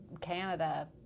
Canada